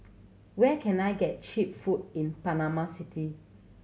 where can I get cheap food in Panama City